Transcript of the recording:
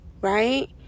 right